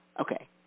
Okay